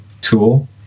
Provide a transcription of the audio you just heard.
tool